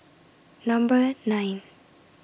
Number nine